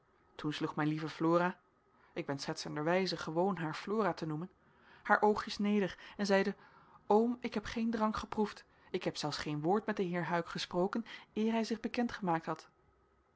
mijn lieve flora ik ben schertsenderwijze gewoon haar flora te noemen haar oogjes neder en zeide oom ik heb geen drank geproefd ik heb zelfs geen woord met den heer huyck gesproken eer hij zich bekend gemaakt had